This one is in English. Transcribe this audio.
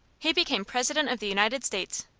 he became president of the united states.